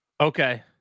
Okay